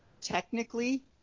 Technically